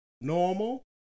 normal